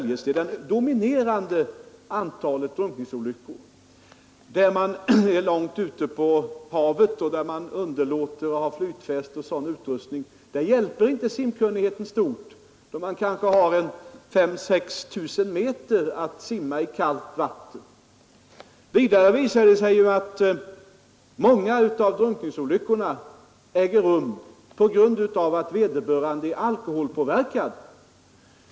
Det är den dominerande typen av drunkningsolyckor. Det gäller alltså fall där vederbörande är långt ute på havet men underlåter att använda flytväst och annan sådan utrustning. Simkunnigheten hjälper inte stort när man har kanske 5 000—6 000 meter att simma i kallt vatten. Vidare visar det sig att många av drunkningsolyckorna äger rum på grund av dumdristighet genom alkoholpåverkan.